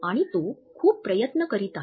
आणि तो खूप प्रयत्न करीत आहे